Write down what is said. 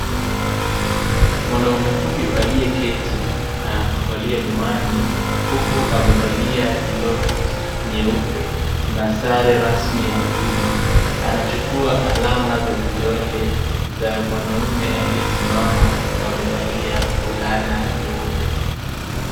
Mwanaume huyu aliyeketi na kuvalia miwani huku amevalia glovu nyeupe na sare rasmi ya huduma. Anachukuwa alama za vidole za mwanaumme aliyesimama huku amevalia fulana nyeupe.